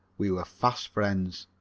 we were fast friends.